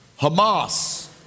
Hamas